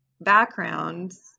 backgrounds